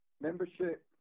Membership